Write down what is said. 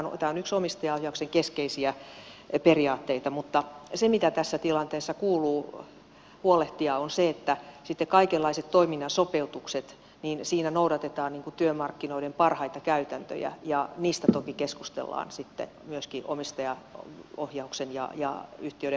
tämä on yksi omistajaohjauksen keskeisiä periaatteita mutta se mistä tässä tilanteessa kuuluu huolehtia on se että sitten kaikenlaisissa toiminnan sopeutuksissa noudatetaan työmarkkinoiden parhaita käytäntöjä ja niistä toki keskustellaan sitten myöskin omistajaohjauksen ja yhtiöiden hallitusten välillä